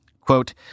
Quote